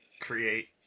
create